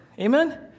Amen